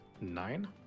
Nine